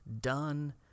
done